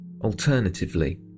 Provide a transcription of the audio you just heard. Alternatively